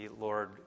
Lord